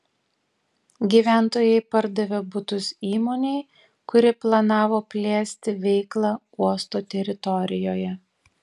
gyventojai pardavė butus įmonei kuri planavo plėsti veiklą uosto teritorijoje